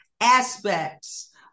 aspects